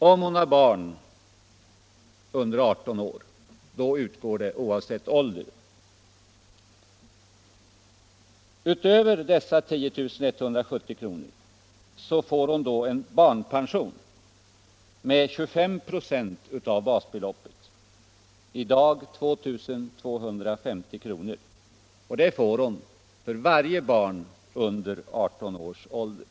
om de har barn under 18 år. Utöver dessa 10 170 kr. får de en barnpension med 25 96 av basbeloppet, i dag 2 250 kr. Detta belopp får de för varje barn under 18 års ålder.